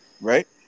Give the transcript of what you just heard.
right